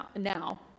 now